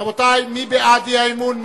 רבותי, מי בעד האי-אמון?